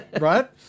Right